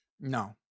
No